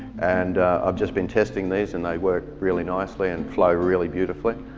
and i've just been testing these and they work really nicely, and flow really beautifully.